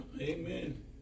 Amen